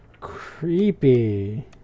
creepy